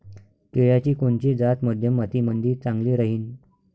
केळाची कोनची जात मध्यम मातीमंदी चांगली राहिन?